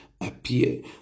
appear